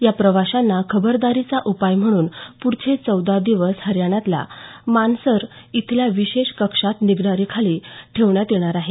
या प्रवाशांना खबरदारीचा उपाय म्हणून पुढचे चौदा दिवस हरियाणातल्या मानेसर इथल्या विशेष कक्षात निगराणीखाली ठेवण्यात येणार आहे